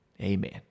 amen